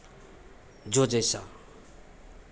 जो जैसा